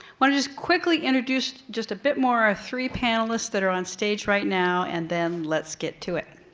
want to just quickly introduce just a bit more, our three panelists that are on stage right now, and then let's get to it.